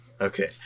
Okay